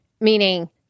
meaning